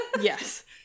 Yes